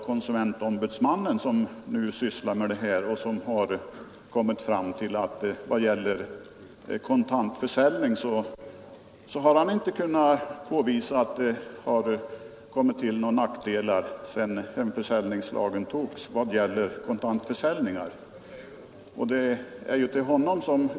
Konsumentombudsmannen, som ju sysslar med dessa frågor, har inte kunnat finna att kontantförsäljningen sedan hemförsäljningslagen trädde i kraft har medfört några problem.